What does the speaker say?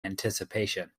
anticipation